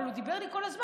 אבל הוא דיבר לי כל הזמן,